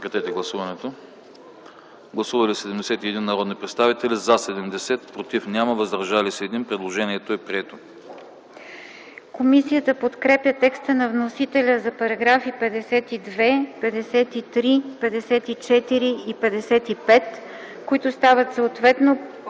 Комисията подкрепя текста на вносителя за параграфи 129, 130, 131, 132 и 133, които стават съответно